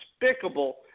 despicable